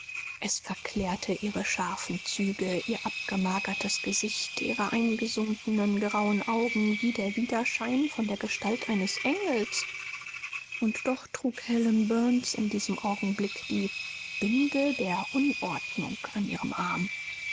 es verklärte ihre scharfen züge ihr abgemagertes gesicht ihre eingesunkenen grauen augen wie der wiederschein von der gestalt eines engels und doch trug helen burns in diesem augenblick die binde der unordnung an ihrem arm